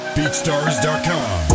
beatstars.com